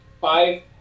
five